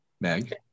Meg